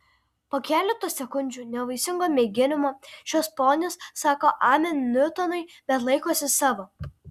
po keleto sekundžių nevaisingo mėginimo šios ponios sako amen niutonui bet laikosi savo